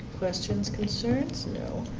questions, concerns? no.